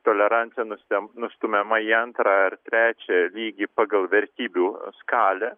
tolerancija nustem nustumiama į antrą ar trečią lygį pagal vertybių skalę